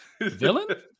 villain